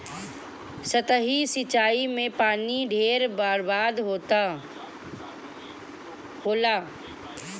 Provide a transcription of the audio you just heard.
सतही सिंचाई में पानी ढेर बर्बाद होला